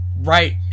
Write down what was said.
right